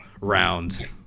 round